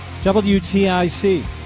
WTIC